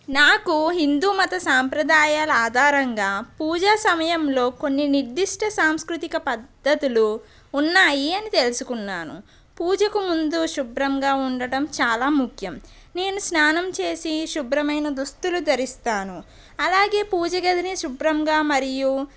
నాకు హిందూ మత సాంప్రదాయాల ఆధారంగా పూజా సమయంలో కొన్ని నిర్దిష్ట సాంస్కృతిక పద్ధతులు ఉన్నాయి అని తెలుసుకున్నాను పూజకు ముందు శుభ్రంగా ఉండడం చాలా ముఖ్యం నేను స్నానం చేసి శుభ్రమైన దుస్తులు ధరిస్తాను అలాగే పూజగదిని శుభ్రంగా మరియు